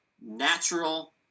natural